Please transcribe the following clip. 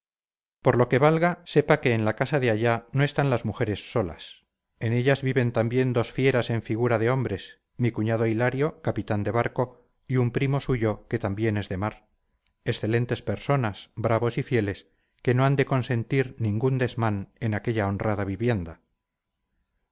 por lo que valga sepa que en la casa de allá no están las mujeres solas en ella viven también dos fieras en figura de hombres mi cuñado hilario capitán de barco y un primo suyo que también es de mar excelentes personas bravos y fieles que no han de consentir ningún desmán en aquella honrada vivienda